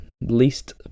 least